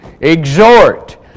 exhort